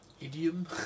Idiom